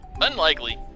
Unlikely